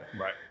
right